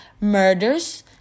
murders